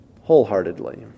wholeheartedly